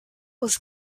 was